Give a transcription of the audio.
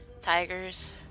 tigers